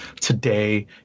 today